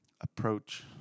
approach